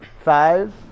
Five